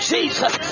Jesus